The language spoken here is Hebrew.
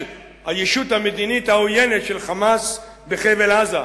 הישות המדינית העוינת של "חמאס" בחבל-עזה.